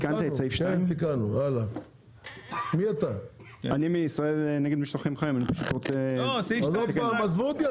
שר החקלאות ופיתוח הכפר משה אבוטבול: